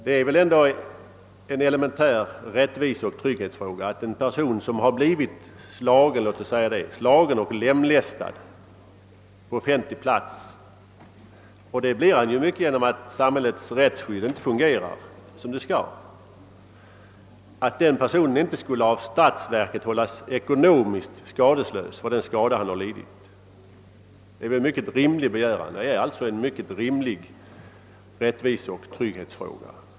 Det är väl ändå en elementär rättviseoch trygghetsfråga att en person som blivit slagen och lemlästad på offentlig plats — och detta på grund av att samhällets rättsskydd inte fungerat som det borde — av statsverket hålles ekonomiskt skadeslös för den skada han har lidit. Detta är väl en mycket rimlig begäran. Det gäller alltså här en rättviseoch trygghetsfråga.